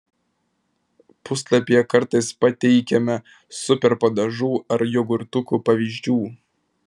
puslapyje kartais pateikiame super padažų arba jogurtukų pavyzdžių